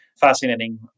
fascinating